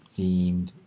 themed